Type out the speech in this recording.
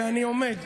נכון.